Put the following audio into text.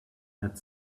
had